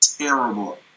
Terrible